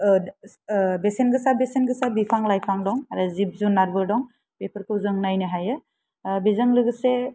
बेसेन गोसा बेसेन गोसा बिफां लाइफां दं आरो जिब जुनादबो दं बेफोरखौ जों नायनो हायो बेजों लोगोसे